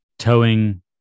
towing